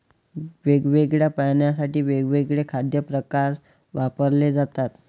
वेगवेगळ्या प्राण्यांसाठी वेगवेगळे खाद्य प्रकार वापरले जातात